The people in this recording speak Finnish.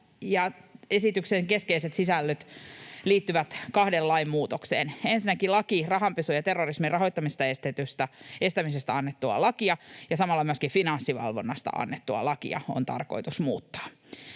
Esityksen keskeiset sisällöt liittyvät kahden lain muutokseen: ensinnäkin rahanpesun ja terrorismin rahoittamisen estämisestä annettua lakia ja samalla myöskin finanssivalvonnasta annettua lakia on tarkoitus muuttaa.